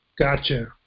Gotcha